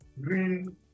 green